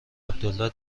عبدالله